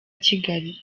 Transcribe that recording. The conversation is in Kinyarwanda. kigali